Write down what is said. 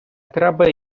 треба